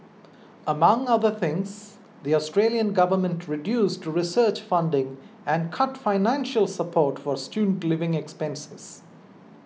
among other things the Australian government reduced research funding and cut financial support for student living expenses